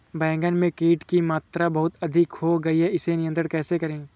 बैगन में कीट की मात्रा बहुत अधिक हो गई है इसे नियंत्रण कैसे करें?